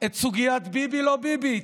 את סוגיית "ביבי, לא ביבי".